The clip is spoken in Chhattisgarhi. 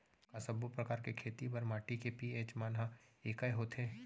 का सब्बो प्रकार के खेती बर माटी के पी.एच मान ह एकै होथे?